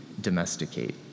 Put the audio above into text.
domesticate